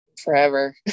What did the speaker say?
forever